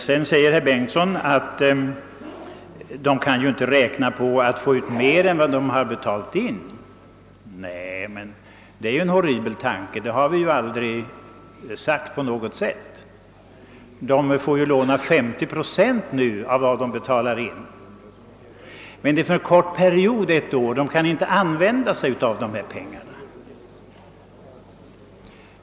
Herr Bengtsson säger att företagarna ju inte kan räkna med att få ut mer än vad de har betalat in. Nej, det vore en horribel tanke; det har vi heller aldrig sagt. De får i dag låna 50 procent av vad de betalar in. Perioden, ett år, är emellertid för kort för att de skall kunna använda pengarna.